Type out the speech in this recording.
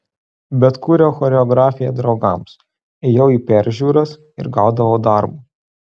bet kūriau choreografiją draugams ėjau į peržiūras ir gaudavau darbo